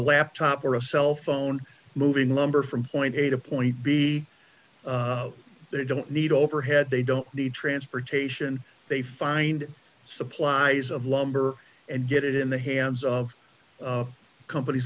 laptop or a cell phone moving lumber from point a to point b they don't need overhead they don't need transportation they find supplies of lumber and get it in the hands of companies